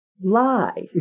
lie